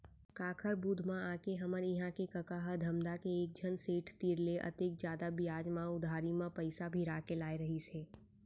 काकर बुध म आके हमर इहां के कका ह धमधा के एकझन सेठ तीर ले अतेक जादा बियाज म उधारी म पइसा भिड़ा के लाय रहिस हे